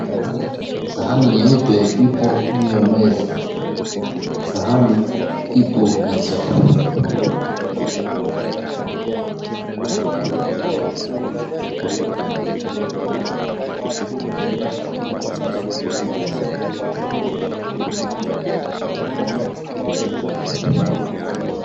Sahani nyeupe ipo juu ya meza . Sahali ipo na chakula. Chakula hichi ni ugali kitoweo cha samaki vilivyokaangwa vizuri kwa tomato na kando ya sahani. Kuna vipande vya karoti.